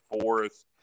Forest